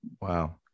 wow